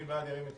מי בעד, ירים את